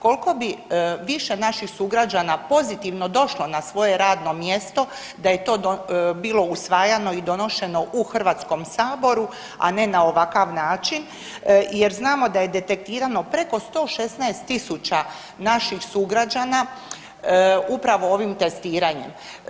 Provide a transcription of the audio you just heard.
Koliko bi više naših sugrađana pozitivno došlo na svoje radno mjesto da je to bilo usvajano i donošeno u Hrvatskom saboru, a ne na ovakav način jer znamo da je detektirano preko 116.000 naših sugrađana upravo ovim testiranje.